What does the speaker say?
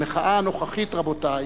המחאה הנוכחית, רבותי,